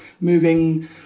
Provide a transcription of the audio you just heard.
moving